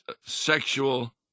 sexual